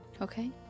okay